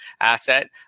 asset